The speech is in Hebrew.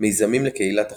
מיזמים לקהילת החולות,